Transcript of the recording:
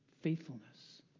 faithfulness